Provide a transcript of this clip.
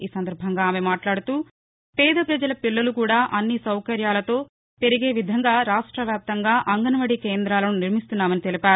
ఈ సందర్భంగా ఆమె మాట్లాదుతూ పేద ప్రజల పిల్లలు కూడా అన్ని సౌకర్యాలతో పెరిగే విధంగా రాష్టవ్యాప్తంగా అంగన్వాడీ కేందాలను నిర్మిస్తున్నామని తెలిపారు